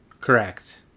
Correct